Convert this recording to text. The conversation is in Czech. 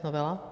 Novela.